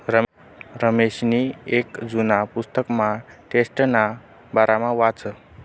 रमेशनी येक जुना पुस्तकमा ट्रस्टना बारामा वाचं